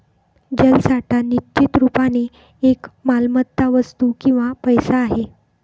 जलसाठा निश्चित रुपाने एक मालमत्ता, वस्तू किंवा पैसा आहे